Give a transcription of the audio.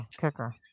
kicker